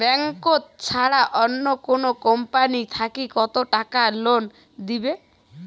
Bank ছাড়া অন্য কোনো কোম্পানি থাকি কত টাকা লোন দিবে?